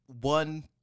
One